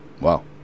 Wow